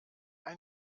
ein